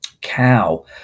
cow